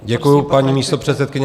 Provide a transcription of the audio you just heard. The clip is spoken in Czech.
Děkuji paní, místopředsedkyně.